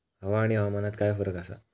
हवा आणि हवामानात काय फरक असा?